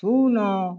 ଶୂନ